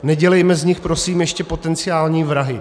Nedělejme z nich prosím ještě potenciální vrahy.